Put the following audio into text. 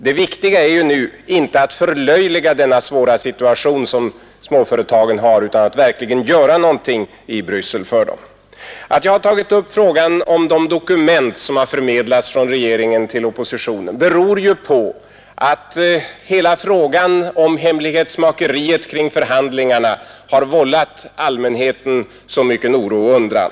Det viktiga är ju nu inte att förlöjliga småföretagens svåra situation utan att verkligen göra något i Bryssel för dem. Att jag tagit upp frågan om de dokument som har förmedlats från regeringen till oppositionen beror på att hela frågan om hemlighetsmake riet kring förhandlingarna vållat allmänheten så mycken oro och undran.